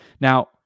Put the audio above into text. Now